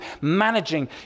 managing